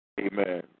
amen